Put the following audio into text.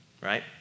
right